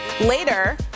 Later